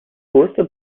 größte